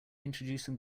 introducing